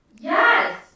Yes